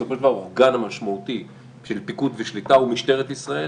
בסופו של דבר האורגן המשמעותי של פיקוד ושליטה הוא משטרת ישראל,